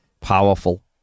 powerful